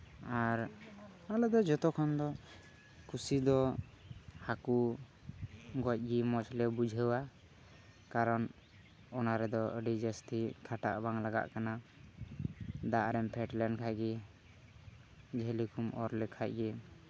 ᱟᱨ ᱟᱞᱮ ᱫᱚ ᱡᱷᱚᱛᱚ ᱠᱷᱚᱱ ᱫᱚ ᱠᱩᱥᱤ ᱫᱚ ᱦᱟᱹᱠᱩ ᱜᱚᱡ ᱜᱮ ᱢᱚᱡᱽ ᱞᱮ ᱵᱩᱡᱷᱟᱹᱣᱟ ᱠᱟᱨᱚᱱ ᱚᱱᱟ ᱨᱮᱫᱚ ᱟᱹᱰᱤ ᱡᱟᱹᱥᱛᱤ ᱠᱷᱟᱴᱟᱜ ᱵᱟᱝ ᱞᱟᱜᱟᱜ ᱠᱟᱱᱟ ᱫᱟᱜ ᱨᱮᱢ ᱯᱷᱮᱰ ᱞᱮᱱ ᱠᱷᱟᱱ ᱜᱮ ᱡᱷᱟᱹᱞᱤ ᱠᱚᱢ ᱚᱨ ᱞᱮᱠᱷᱟᱱ ᱜᱮ